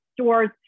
stores